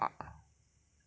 ah